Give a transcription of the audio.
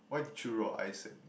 why did you roll eyes at me